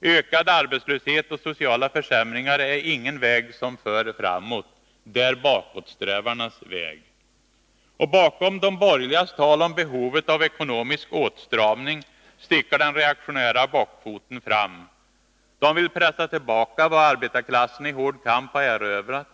Ökad arbetslöshet och sociala försämringar är ingen väg som för framåt. Det är bakåtsträvarnas väg. Bakom de borgerligas tal om behovet av ekonomisk åtstramning sticker den reaktionära bockfoten fram. De vill pressa tillbaka vad arbetarklassen i hård kamp har erövrat.